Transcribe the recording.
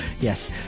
Yes